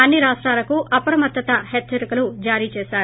అన్ని రాష్టాలకు అప్రమత్తత హెచ్చరికలు జారీ చేశారు